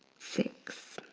six.